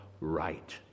right